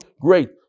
Great